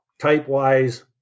type-wise